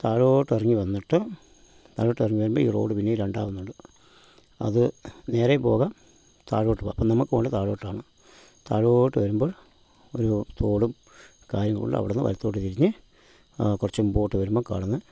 താഴോട്ടെക്കിറങ്ങി വന്നിട്ട് താഴോട്ടെക്കിറങ്ങി വരുമ്പോൾ ഈ റോഡ് പിന്നേയും രണ്ടാകുന്നുണ്ട് അത് നേരെയും പോകാം താഴോട്ട് പോകാം അപ്പം നമുക്ക് പോകേണ്ടത് താഴോട്ടാണ് താഴോട്ട് വരുമ്പോൾ ഒരു തോടും കാര്യങ്ങളുമുണ്ട് അവിടുന്ന് വലത്തോട്ട് തിരിഞ്ഞ് കുറച്ച് മുമ്പോട്ട് വരുമ്പം കാണുന്നത്